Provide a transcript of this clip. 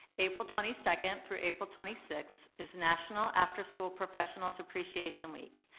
april twenty second through april twenty sixth is national after school professionals appreciation week.